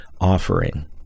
offering